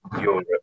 Europe